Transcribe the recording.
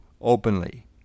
openly